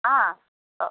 हँ तऽ